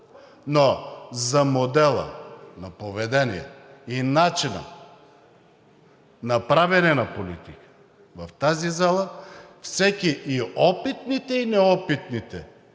Но за модела на поведение и начина на правене на политика в тази зала всеки – и опитните, и неопитните,